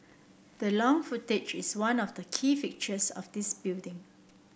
the long frontage is one of the key features of this building